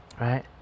Right